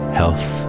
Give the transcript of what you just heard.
health